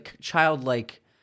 childlike